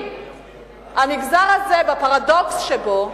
המגזר הזה, בפרדוקס שבו,